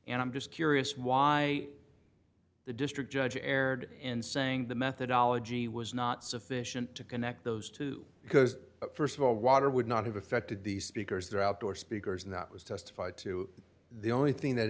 and i'm just curious why the district judge erred in saying the methodology was not sufficient to connect those two because st of all water would not have affected the speakers there outdoor speakers and that was testified to the only thing that